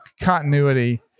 continuity